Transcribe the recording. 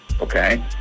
okay